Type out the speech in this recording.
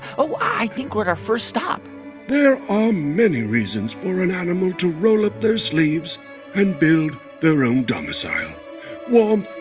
oh, i think we're at our first stop there are many reasons for an animal to roll up their sleeves and build their own domicile warmth,